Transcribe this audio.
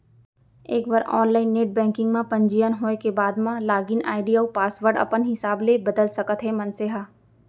एक बार online net banking म पंजीयन होए के बाद म लागिन आईडी अउ पासवर्ड अपन हिसाब ले बदल सकत हे मनसे ह